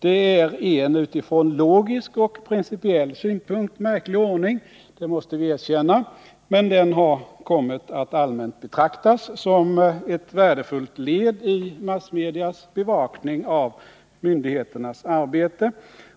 Det är en utifrån logisk och principiell synpunkt märklig ordning, det måste vi erkänna. Men den har kommit att allmänt betraktas som ett värdefullt led i massmedias bevakning av myndigheternas arbete.